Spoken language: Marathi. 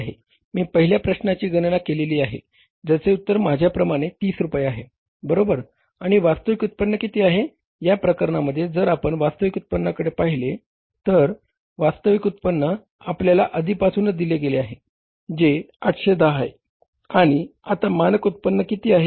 मी पहिल्या प्रश्नाची गणना केली आहे ज्याचे उत्तर माझ्याप्रमाणे 30 रुपये आहे बरोबर आणि वास्तविक उत्पन्न किती आहे या प्रकरणामध्ये जर आपण वास्तविक उत्पन्नाकडे पाहिले तर वास्तविक उत्पन्न आपल्याला आधीपासूनच दिले गेले आहे जे 810 आहे आणि आता मानक उत्पन्न किती आहे